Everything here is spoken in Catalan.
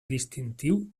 distintiu